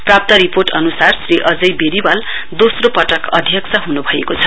प्राप्त रिपोर्ट अनुसार श्री अजय वेरिवाल दोस्रो पटक अध्यक्ष हुनुभएको छ